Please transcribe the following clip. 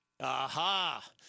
Aha